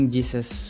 Jesus